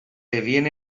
devien